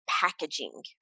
packaging